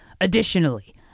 Additionally